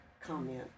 comment